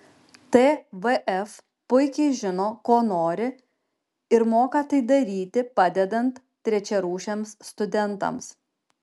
tvf puikiai žino ko nori ir moka tai daryti padedant trečiarūšiams studentams